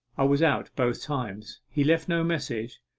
i was out both times he left no message,